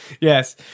Yes